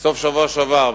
סוף השבוע שעבר.